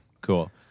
Cool